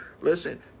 listen